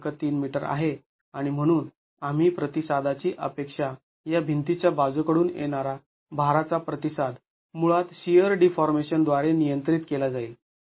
३ metre आहे आणि म्हणून आम्ही प्रतिसादाची अपेक्षा ह्या भिंतीच्या बाजू कडून येणारा भाराचा प्रतिसाद मुळात शिअर डीफॉर्मेशन द्वारे नियंत्रित केला जाईल